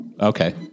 Okay